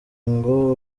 ngo